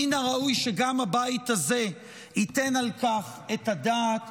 מן הראוי שגם הבית הזה ייתן על כך את הדעת,